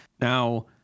Now